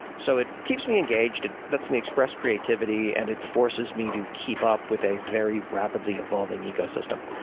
so it keeps me engaged. it lets me express creativity and it forces me to keep up with a very rapidly evolving ecosystem.